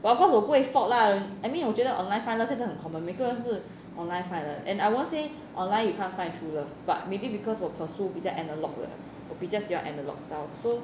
but of course 我不会 fault lah I mean 我觉得 online find 现在很 common 每个人都是 online find 的 and I won't say online you can't find true love but maybe because 我 pursue 比较 analog 的我比较喜欢 analog style so